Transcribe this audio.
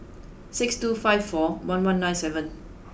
six two five four one one nine seven